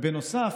בנוסף,